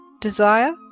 desire